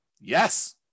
yes